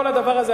כל הדבר הזה,